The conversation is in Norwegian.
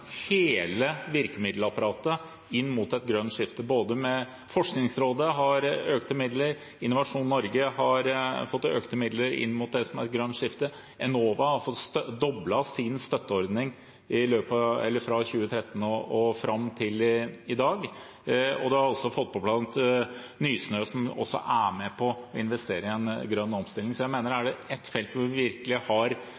hele virkemiddelapparatet inn mot et grønt skifte – både Forskningsrådet har fått økte midler, Innovasjon Norge har fått økte midler inn mot det grønne skiftet, Enova har fått doblet sin støtteordning fra 2013 fram til i dag, og vi har også fått på plass Nysnø, som er med på å investere i grønn omstilling. Så jeg mener at er